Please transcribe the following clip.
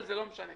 אבל זה לא משנה.